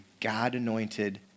God-anointed